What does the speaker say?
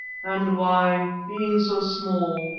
and why, being so small,